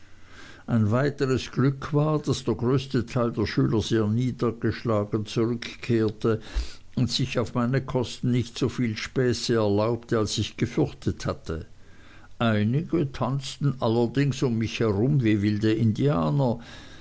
ein weiteres glück war daß der größte teil der schüler sehr niedergeschlagen zurückkehrte und sich auf meine kosten nicht so viel späße erlaubte als ich gefürchtet hatte einige tanzten allerdings um mich herum wie wilde indianer